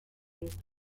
used